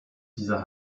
dieser